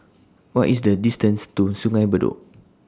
What IS The distance to Sungei Bedok